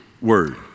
word